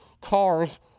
Cars